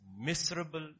miserable